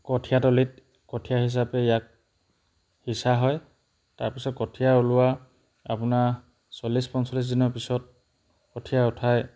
কঠীয়াতলীত কঠীয়া হিচাপে ইয়াক সিঁচা হয় তাৰপিছত কঠীয়া ওলোৱা আপোনাৰ চল্লিছ পঞ্চল্লিছ দিনৰ পিছত কঠীয়া উঠাই